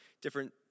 different